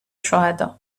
شهداء